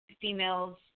female's